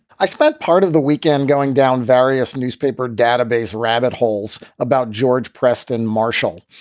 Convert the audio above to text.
i spent part of the weekend going down various newspaper database rabbit holes about george preston marshall.